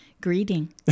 greeting